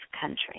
country